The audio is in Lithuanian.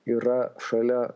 yra šalia